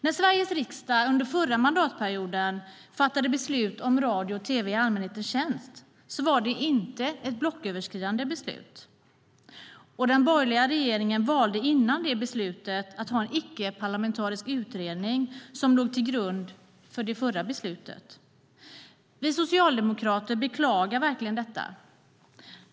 När Sveriges riksdag under förra mandatperioden fattade beslut om radio och tv i allmänhetens tjänst var det inte ett blocköverskridande beslut. Den borgerliga regeringen valde att ha en icke-parlamentarisk utredning som grund för beslutet. Vi socialdemokrater beklagar detta.